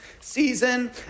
season